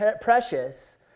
precious